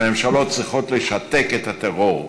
הממשלות צריכות לשתק את הטרור,